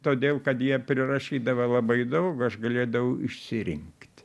todėl kad jie prirašydavo labai daug aš galėdavau išsirinkt